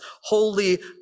holy